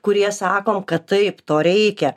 kurie sakom kad taip to reikia